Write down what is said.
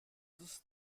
das